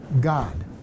God